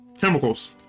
chemicals